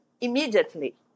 immediately